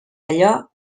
allò